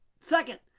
Second